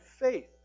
faith